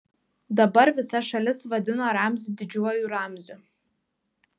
dabar visa šalis vadino ramzį didžiuoju ramziu